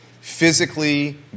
physically